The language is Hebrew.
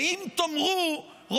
ואם תאמרו,